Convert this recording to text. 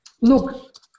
look